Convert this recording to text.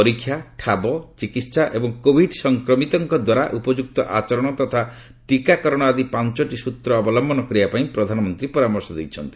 ପରୀକ୍ଷା ଠାବ ଚିକିତ୍ସା ଏବଂ କୋଭିଡ ସଂକ୍ରମିତଙ୍କ ଦ୍ୱାରା ଉପଯୁକ୍ତ ଆଚରଣ ତଥା ଟିକାକରଣ ଆଦି ପାଞ୍ଚୋଟି ସୂତ୍ର ଅବଲମ୍ଘନ କରିବା ପାଇଁ ପ୍ରଧାନମନ୍ତ୍ରୀ ପରାମର୍ଶ ଦେଇଛନ୍ତି